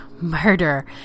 murder